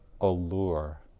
allure